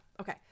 okay